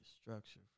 structure